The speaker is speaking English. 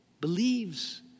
believes